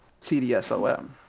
TDSOM